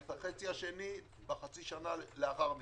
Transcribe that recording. את החצי השני בחצי השנה לאחר מכן.